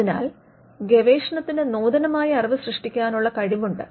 അതിനാൽ ഗവേഷണത്തിന് നൂതനമായ അറിവ് സൃഷ്ടിക്കാനുള്ള കഴിവുണ്ട്